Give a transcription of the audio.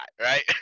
right